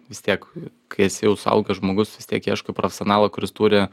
vis tiek kai esi jau suaugęs žmogus vis tiek ieškai profesionalo kuris turi